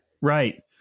Right